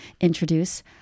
introduce